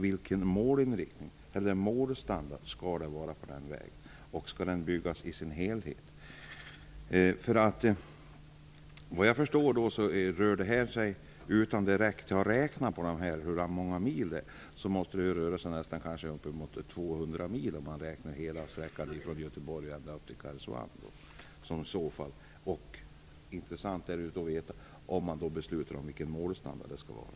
Vilken målstandard skall gälla för vägen? Skall den byggas i sin helhet? Utan att direkt ha räknat på hur många mil det gäller kan jag säga att det måste röra sig om uppemot 200 mil, om man räknar hela sträckan från Göteborg och ända upp till Karesuando. Det är intressant att veta vilken målstandard som skall gälla.